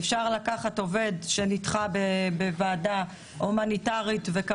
אפשר לקחת עובד שנדחה בוועדה ההומניטארית ושהוא